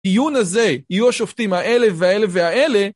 עיון הזה, יהיו השופטים האלה והאלה והאלה.